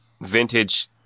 vintage